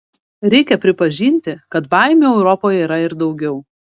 reikia pripažinti kad baimių europoje yra ir daugiau